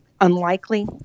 unlikely